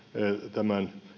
tämän